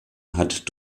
hat